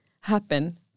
happen